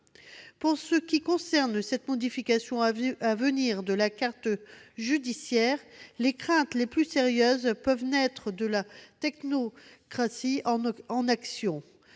En ce qui concerne la modification à venir de la carte judiciaire, les craintes les plus sérieuses peuvent naître de la technocratie en action,